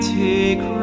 take